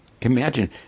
Imagine